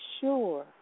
sure